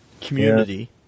community